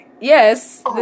yes